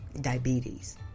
diabetes